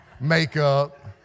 makeup